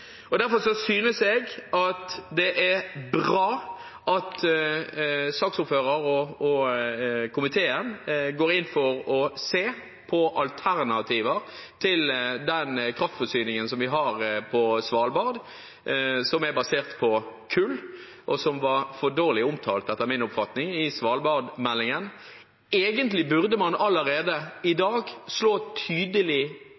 Derfor synes jeg det er bra at saksordføreren og komiteen går inn for å se på alternativer til den kraftforsyningen vi har på Svalbard, som er basert på kull, og som etter min oppfatning var for dårlig omtalt i Svalbard-meldingen. Egentlig burde man allerede i